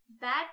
bad